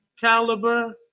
caliber